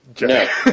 No